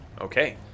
Okay